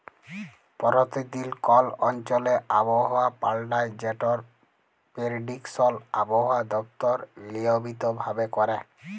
পরতিদিল কল অঞ্চলে আবহাওয়া পাল্টায় যেটর পেরডিকশল আবহাওয়া দপ্তর লিয়মিত ভাবে ক্যরে